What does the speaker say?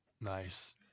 nice